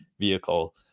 vehicle